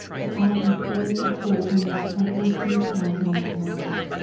but i can clearly recall almost every detail in my mind.